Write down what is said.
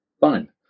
Fine